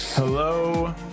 Hello